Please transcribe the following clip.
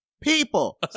people